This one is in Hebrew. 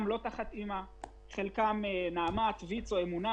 חלקם לא תחת א.מ.א,